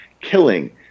killing